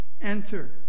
enter